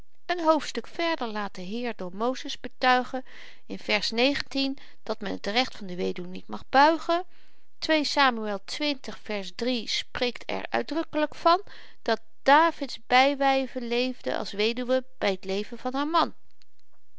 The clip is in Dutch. hoofdstuk verder laat de heer door mozes betuigen in dat men t recht van de weduw niet mag buigen twee samuel spreekt er uitdrukkelyk van dat davids bywyven leefden als weduwen by t leven van haar man